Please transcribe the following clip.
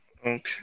okay